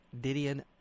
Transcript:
Didion